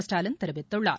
ஸ்டாலின் தெரிவித்துள்ளார்